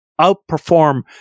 outperform